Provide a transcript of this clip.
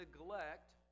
neglect